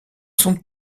sont